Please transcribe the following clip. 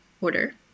order